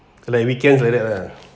like weekends like that lah